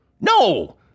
No